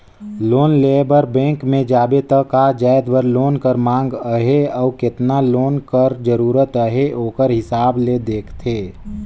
loan लेय बर bank में जाबे त का जाएत बर लोन कर मांग अहे अउ केतना लोन कर जरूरत अहे ओकर हिसाब ले देखथे